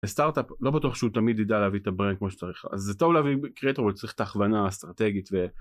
סטארט-אפ לא בטוח שהוא תמיד ידע להביא את הברנק כמו שצריך אז זה טוב להביא קרייטרו אבל צריך תכוונה אסטרטגית ו..